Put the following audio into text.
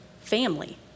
Family